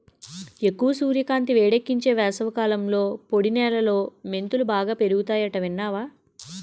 ఎక్కువ సూర్యకాంతి, వేడెక్కించే వేసవికాలంలో పొడి నేలలో మెంతులు బాగా పెరుగతాయట విన్నావా